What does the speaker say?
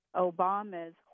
Obama's